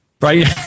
Right